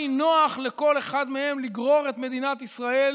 נוח לכל אחד מהם לגרור את מדינת ישראל